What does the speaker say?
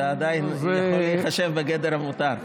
זה עדיין יכול להיחשב בגדר המותר.